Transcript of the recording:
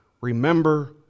Remember